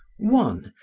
one,